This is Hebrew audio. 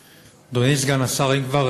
אדוני סגן השר, אם כבר